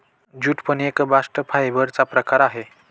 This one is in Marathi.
ज्यूट पण एक बास्ट फायबर चा प्रकार आहे